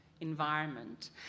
environment